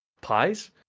pies